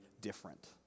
different